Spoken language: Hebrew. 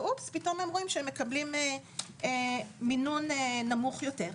וגילו שהם מקבלים מינון נמוך יותר.